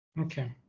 Okay